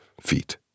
feet